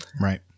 right